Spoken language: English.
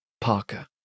Parker